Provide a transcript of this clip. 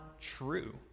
true